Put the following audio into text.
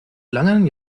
langen